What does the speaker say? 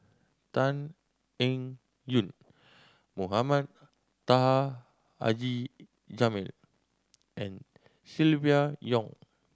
Tan Eng Yoon Mohamed Taha Haji Jamil and Silvia Yong